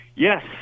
Yes